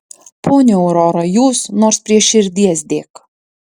ponia aurora jūs nors prie širdies dėk